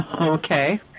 Okay